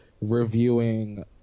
reviewing